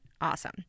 awesome